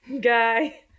guy